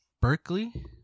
Berkeley